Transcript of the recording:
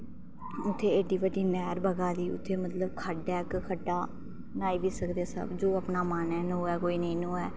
इत्थें एड्डी बड्डी नैह्र बगाऽ दी ते उत्थें मतलब इक्क खड्ड ऐ ते खड्डा न्हाई बी सकदे जो अपना मन ऐ न्होऐ जा कोई नेईं न्होऐ